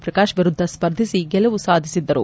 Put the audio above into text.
ಪ್ರಕಾಶ್ ವಿರುದ್ಧ ಸ್ವರ್ಧಿಸಿ ಗೆಲುವು ಸಾಧಿಸಿದ್ದರು